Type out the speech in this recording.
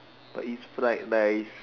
but it's fried rice